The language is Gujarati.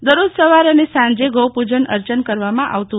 દરરોજ સવાર અને સાંજે ગૌપૂજન અર્ચન કરવામાં આવતું હતું